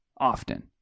Often